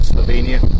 Slovenia